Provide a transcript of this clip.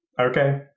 Okay